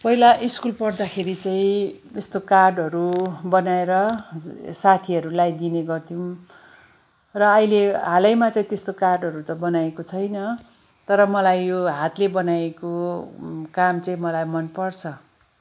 पहिला स्कुल पढ्दाखेरि चाहिँ यस्तो कार्डहरू बनाएर साथीहरूलाई दिने गर्थ्यौँ र अहिले हालैमा चाहिँ त्यस्तो कार्डहरू त बनाएको छैन तर मलाई यो हातले बनाएको काम चाहिँ मलाई मनपर्छ